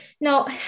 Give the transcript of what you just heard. no